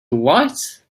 what